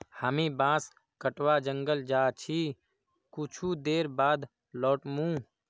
हामी बांस कटवा जंगल जा छि कुछू देर बाद लौट मु